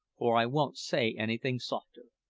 for i won't say anything softer.